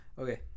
Okay